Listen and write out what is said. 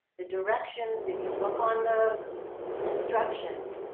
the directions, if you look on the instructions,